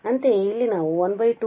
ಅಂತೆಯೇ ಇಲ್ಲಿ ನಾವು ½¾⅚1s6